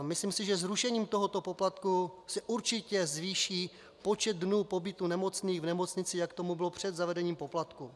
Myslím si, že zrušením tohoto poplatku se určitě zvýší počet dnů pobytu nemocných v nemocnici, jak tomu bylo před zavedením poplatků.